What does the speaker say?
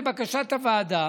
לבקשת הוועדה